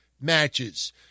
matches